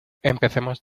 empecemos